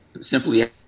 simply